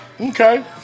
Okay